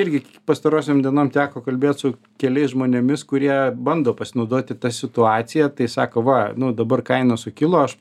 irgi pastarosiom dienom teko kalbėt su keliais žmonėmis kurie bando pasinaudoti ta situacija tai sako va nu dabar kainos sukilo aš